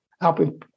helping